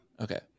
Okay